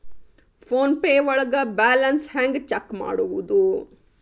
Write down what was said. Phone pay ಒಳಗ balance ಹೆಂಗ್ check ಮಾಡುವುದು?